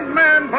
man